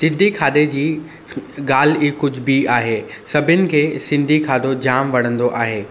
सिंधी खाधे जी स ॻाल्हि ई कुझु बि आहे सभिनि खे सिंधी खाधो जाम वणंदो आहे